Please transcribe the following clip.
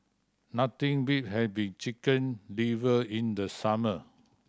nothing beat having Chicken Liver in the summer